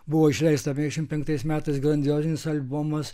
buvo išleista penkiasdešimt penktais metais grandiozinis albumas